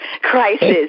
crisis